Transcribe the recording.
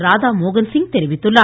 ராதாமோகன்சிங் தெரிவித்துள்ளார்